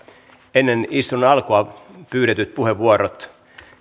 ennen istunnon alkua pyydetyt puheenvuorot